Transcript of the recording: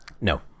No